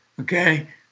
Okay